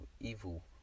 evil